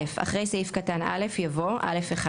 אחרי סעיף קטן (א) יבוא: "(א1)